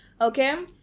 okay